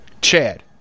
Chad